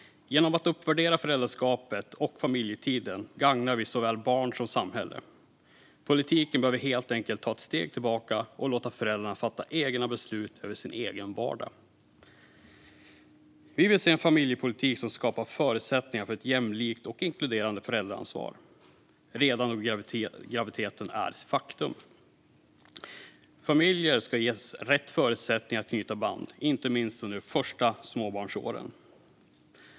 Genom att uppvärdera föräldraskapet och familjetiden gagnar vi såväl barn som samhälle. Politiken behöver helt enkelt ta ett steg tillbaka och låta föräldrarna fatta egna beslut om sin egen vardag. Vi vill se en familjepolitik som skapar förutsättningar för ett jämlikt och inkluderande föräldraansvar redan när graviditeten är ett faktum. Familjer ska ges rätt förutsättningar att knyta band, inte minst under de första småbarnsåren.